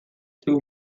two